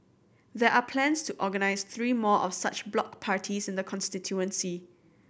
there are plans to organise three more of such block parties in the constituency